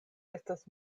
estas